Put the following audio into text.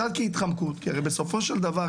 זאת קצת התחמקות כי בסופו של דבר,